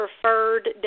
preferred